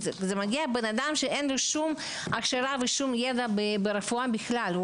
מגיע אדם שאין לו הכשרה וידע ברפואה בכלל.